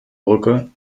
brücke